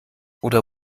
oder